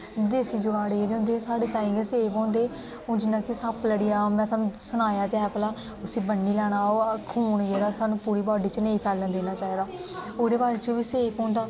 देसी जुगाड़ साढ़े ताईं गै सेफ होंदे हून जियां कि सप्प लड़ी जा में थुआनू सनाया ते है भला उसी भनी लेना ओह खून जेहडा सानू पूरी बाॅडी च नेईं फेलन देना चाहिदा ओहदे बाद च बी सेफ होंदा